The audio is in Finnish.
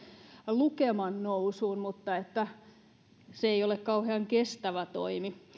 lukeman nousuun mutta se ei ole kauhean kestävä toimi